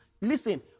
listen